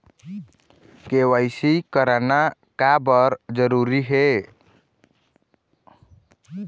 KYC करना का बर जरूरी हे?